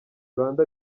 rwanda